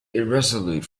irresolute